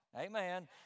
Amen